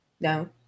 No